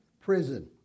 prison